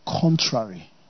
contrary